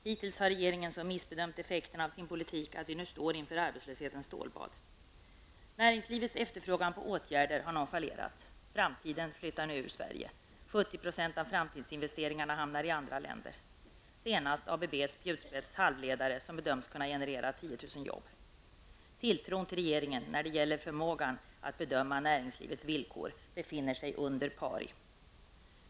Hittills har regeringen missbedömt effekterna av sin politik, så att vi nu står inför arbetslöshetens stålbad. Näringslivets efterfrågan på åtgärder har nonchalerats. Framtiden flyttar nu från Sverige. 70 % av framtidsinvesteringarna hamnar i andra länder, senast ABBs spjutspets halvledare som bedöms kunna generera 10 000 jobb. Tilltron till regeringen när det gäller förmågan att bedöma näringslivets villkor befinner sig under pari.